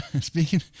Speaking